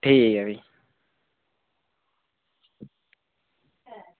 ठीक ऐ भी